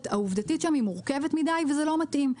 העובדתית שם מורכבת מידי וזה לא מתאים.